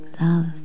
love